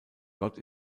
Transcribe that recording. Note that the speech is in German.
gott